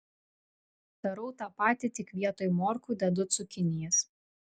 darau tą patį tik vietoj morkų dedu cukinijas